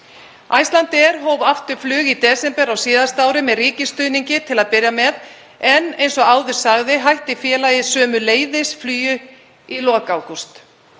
Icelandair hóf aftur flug í desember á síðasta ári með ríkisstuðningi til að byrja með, en eins og áður sagði hætti félagið sömuleiðis flugi í lok ágúst.